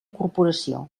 corporació